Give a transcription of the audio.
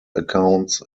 accounts